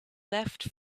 left